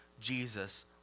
Jesus